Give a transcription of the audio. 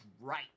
right